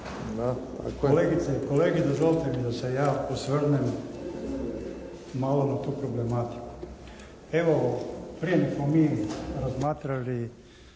kolege. Dozvolite mi da se ja osvrnem malo na tu problematiku. Evo prije nego smo mi razmatrali